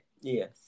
Yes